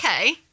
okay